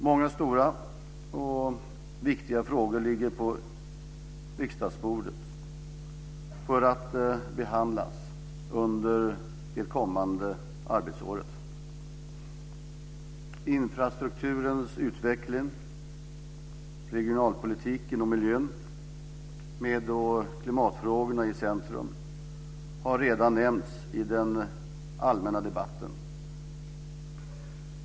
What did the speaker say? Många stora och viktiga frågor ligger på riksdagens bord för att behandlas under det kommande arbetsåret. Infrastrukturens utveckling, regionalpolitiken och miljön, med klimatfrågorna i centrum, har redan nämnts i den allmänna debatten.